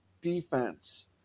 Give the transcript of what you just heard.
defense